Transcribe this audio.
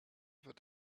wird